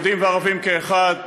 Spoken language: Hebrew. יהודים וערבים כאחד,